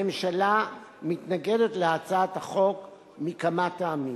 הממשלה מתנגדת להצעת החוק מכמה טעמים.